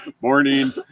Morning